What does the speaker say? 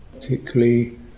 particularly